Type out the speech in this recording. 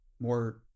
more